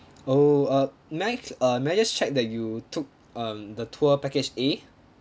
oh uh may I may I just check that you took um the tour package A